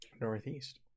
Northeast